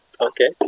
Okay